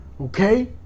Okay